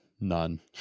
None